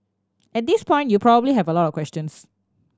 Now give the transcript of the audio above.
at this point you probably have a lot of questions